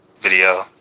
video